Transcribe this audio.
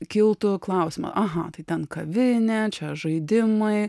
kiltų klausimų aha tai ten kavinė čia žaidimai